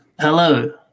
hello